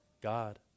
God